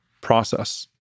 process